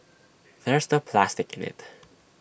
there's no plastic in IT